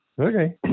Okay